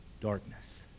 Darkness